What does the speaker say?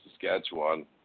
Saskatchewan